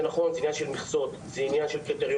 זה עניין של מכסות וקריטריונים.